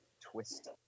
Twist